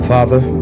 Father